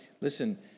listen